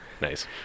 nice